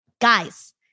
Guys